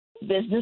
Business